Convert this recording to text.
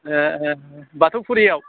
ए ए बाथौफुरियाव